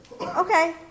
Okay